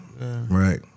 Right